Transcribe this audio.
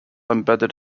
embedded